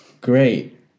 great